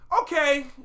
okay